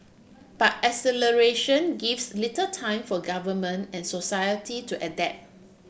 but acceleration gives little time for government and society to adapt